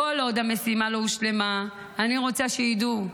כל עוד המשימה לא הושלמה, אני רוצה שידעו: